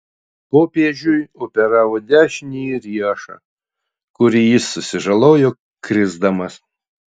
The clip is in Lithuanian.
popiežiui operavo dešinįjį riešą kurį jis susižalojo krisdamas